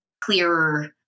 clearer